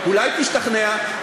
אולי תשתכנע.